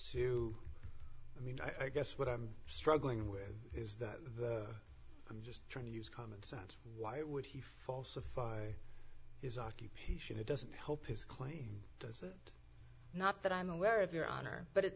to i mean i guess what i'm struggling with is that the i'm just trying to use common sense why would he falsify his occupation it doesn't help his claim not that i'm aware of your honor but